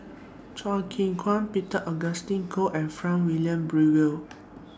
Chew Kheng Chuan Peter Augustine Goh and Frank Wilmin Brewer